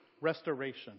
restoration